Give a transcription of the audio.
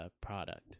product